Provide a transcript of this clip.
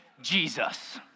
Jesus